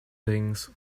things